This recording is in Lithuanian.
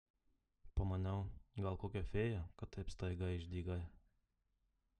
pamaniau gal kokia fėja kad taip staiga išdygai